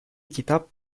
kitap